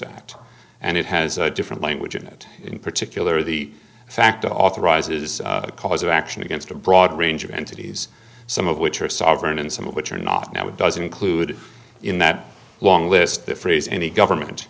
that and it has a different language in it in particular the fact authorize is a cause of action against a broad range of entities some of which are sovereign and some of which are not now it doesn't include in that long list the phrase any government